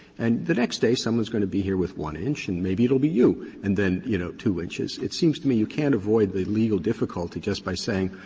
and the next day someone's going to be here with one inch. and maybe it'll be you. and then, you know, two inches. it seems to me you can't avoid the legal difficulty just by saying,